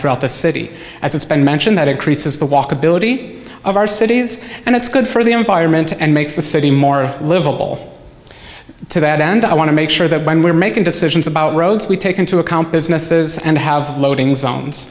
throughout the city as it's been mentioned that increases the walkability of our cities and it's good for the environment and makes the city more livable to that end i want to make sure that when we're making decisions about roads we take into account businesses and have loading zones